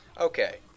Okay